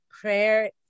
prayer